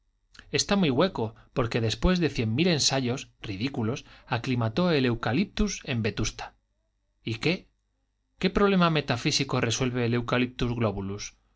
está muy hueco porque después de cien mil ensayos ridículos aclimató el eucaliptus en vetusta y qué qué problema metafísico resuelve el eucaliptus globulus